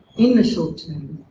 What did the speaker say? in the short term,